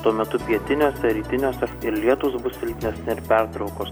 tuo metu pietiniuose rytiniuose ir lietūs bus silpnesni ir pertraukos